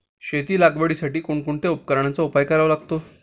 शेती लागवडीसाठी कोणकोणत्या उपकरणांचा उपयोग करावा लागतो?